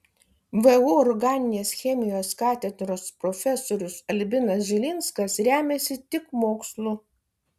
vu organinės chemijos katedros profesorius albinas žilinskas remiasi tik mokslu